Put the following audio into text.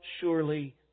surely